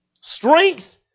Strength